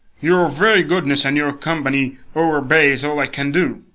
your very goodness and your company o'erpays all i can do.